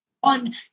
One